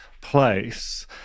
place